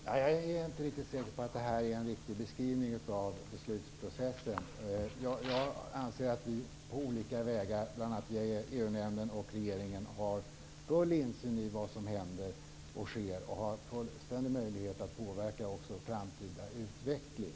Fru talman! Jag är inte så säker på att det är en riktig beskrivning av beslutsprocessen. Jag anser att vi på olika vägar, bl.a. genom EU-nämnden och regeringen, har full insyn i vad som händer och sker och har fullständig möjlighet att påverka också framtida utveckling.